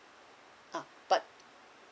oh but